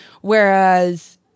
Whereas